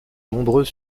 nombreux